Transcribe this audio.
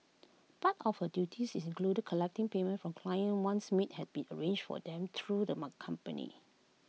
part of her duties is included collecting payments from clients once maids had been arranged for them through them A company